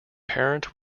parent